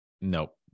Nope